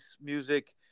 music